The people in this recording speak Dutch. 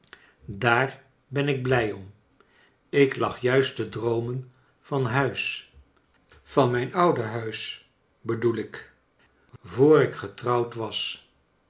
daar ben ik blij om j ik lag juist te dxoomen van huis van mijn oude huis bedoel ik voor ik getrouwd was